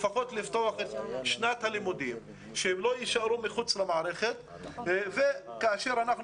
לפחות לפתוח את שנת הלימודים כדי שהם לא יישארו מחוץ למערכת כאר אנחנו